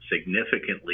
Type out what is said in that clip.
significantly